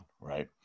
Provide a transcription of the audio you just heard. Right